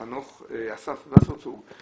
אסף וסרצוג.